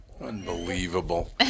Unbelievable